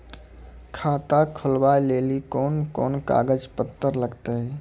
खाता खोलबाबय लेली कोंन कोंन कागज पत्तर लगतै?